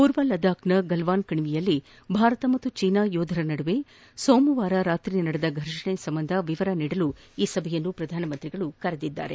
ಪೂರ್ವ ಲಡಾಕ್ನ ಗಲ್ಡಾನ್ ಕಣಿವೆಯಲ್ಲಿ ಭಾರತ ಪಾಗೂ ಜೀನಾ ಯೋಧರ ನಡುವೆ ಸೋಮವಾರ ರಾಕ್ರಿ ನಡೆದ ಫರ್ಷಣೆ ಸಂಬಂಧ ವಿವರ ನೀಡಲು ಈ ಸಭೆಯನ್ನು ಪ್ರಧಾನಮಂತ್ರಿ ಕರೆದಿದ್ದಾರೆ